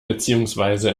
beziehungsweise